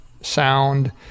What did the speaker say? sound